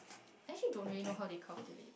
I actually don't really know how they calculate